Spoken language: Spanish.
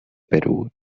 perú